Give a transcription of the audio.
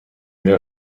der